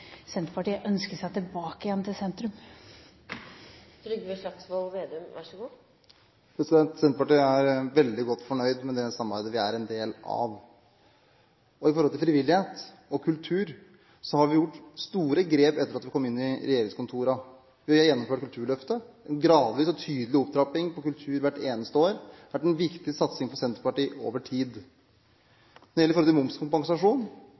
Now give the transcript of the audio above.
Senterpartiet seg tilbake til sentrum? Senterpartiet er veldig godt fornøyd med det samarbeidet vi er en del av. Når det gjelder frivillighet og kultur, har vi gjort store grep etter at vi kom inn i regjeringskontorene. Vi har gjennomført Kulturløftet – en gradvis og tydelig opptrapping på kultur hvert eneste år. Det har vært en viktig satsing for Senterpartiet over tid. Når det gjelder momskompensasjon,